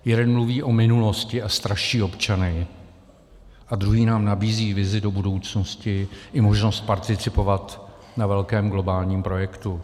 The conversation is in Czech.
Jeden mluví o minulosti a straší občany a druhý nám nabízí vizi do budoucnosti i možnost participovat na velkém globálním projektu.